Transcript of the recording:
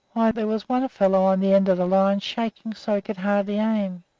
why, there was one fellow on the end of the line shaking so he could hardly aim.